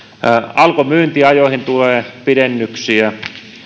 alkon myyntiaikoihin tulee pidennyksiä